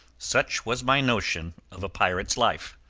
such was my notion of a pirate's life.